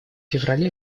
феврале